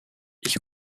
ich